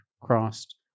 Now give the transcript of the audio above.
crossed